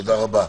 תודה רבה.